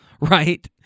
right